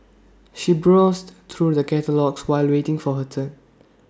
she browsed through the catalogues while waiting for her turn